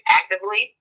actively